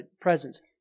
Presence